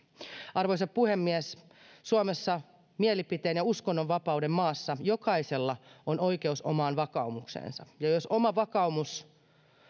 arvoisa puhemies suomessa mielipiteen ja uskonnon vapauden maassa jokaisella on oikeus omaan vakaumukseensa ja jos oma vakaumus